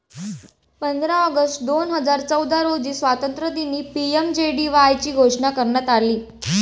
पंधरा ऑगस्ट दोन हजार चौदा रोजी स्वातंत्र्यदिनी पी.एम.जे.डी.वाय ची घोषणा करण्यात आली